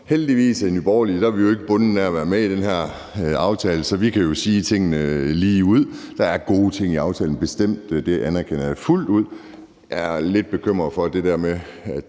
Heldigvis er vi i Nye Borgerlige ikke bundet af at være med i den her aftale, så vi kan jo sige tingene ligeud. Der er gode ting i aftalen – bestemt – det anerkender jeg fuldt ud. Jeg er lidt bekymret for det der med, at